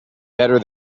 better